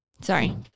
sorry